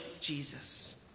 Jesus